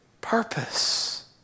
purpose